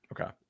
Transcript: Okay